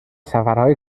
سفرهای